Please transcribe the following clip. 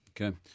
Okay